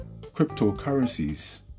cryptocurrencies